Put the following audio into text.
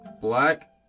Black